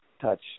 touch